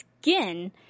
skin